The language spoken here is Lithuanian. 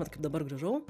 vat kaip dabar grįžau